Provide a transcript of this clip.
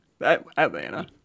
Atlanta